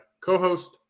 co-host